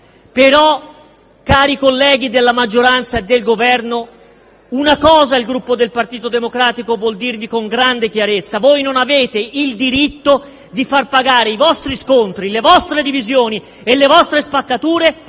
Cari colleghi della maggioranza e del Governo, c'è però una cosa che il Gruppo del Partito Democratico vuol dirvi con grande chiarezza: non avete il diritto di far pagare i vostri scontri, le vostre divisioni e le vostre spaccature